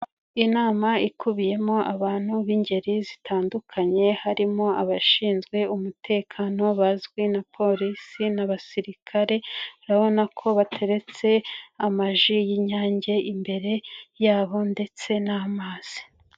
Inama ikubiyemo abantu b'ingeri zitandukanye harimo abashinzwe umutekano bazwi na Polisi n'abasirikare, urabona ko bateretse amaji y'Inyange imbere yabo ndetse n'amazi.